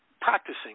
practicing